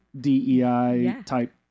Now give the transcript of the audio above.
DEI-type